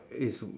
is